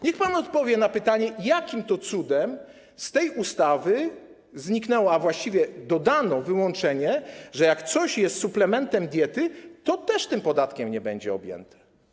Niech pan odpowie na pytanie: Jakim to cudem z tej ustawy zniknęła, a właściwie dodano wyłączenie, że jak coś jest suplementem diety, to też tym podatkiem nie będzie objęte?